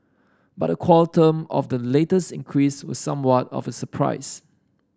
but the quantum of the latest increase was somewhat of surprise